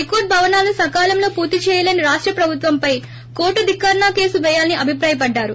high court భవనాలను సకాలంలో పూర్తి చేయలేని రాష్ట ప్రభుత్వంపై కోర్టు ధిక్కారణ కేసు పేయాలని అభిప్రాయపడ్డారు